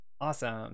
Awesome